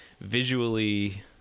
visually